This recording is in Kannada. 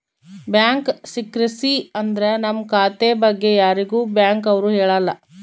ಬ್ಯಾಂಕ್ ಸೀಕ್ರಿಸಿ ಅಂದ್ರ ನಮ್ ಖಾತೆ ಬಗ್ಗೆ ಯಾರಿಗೂ ಬ್ಯಾಂಕ್ ಅವ್ರು ಹೇಳಲ್ಲ